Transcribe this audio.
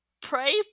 pray